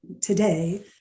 today